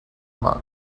monk